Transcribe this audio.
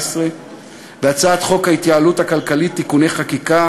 והצעת חוק ההתייעלות הכלכלית (תיקוני חקיקה